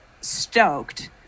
stoked